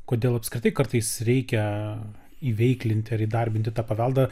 kodėl apskritai kartais reikia įveiklinti ar įdarbinti tą paveldą